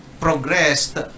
progressed